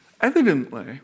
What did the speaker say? Evidently